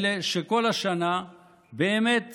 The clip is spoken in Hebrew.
האלה שכל השנה באמת סובלים,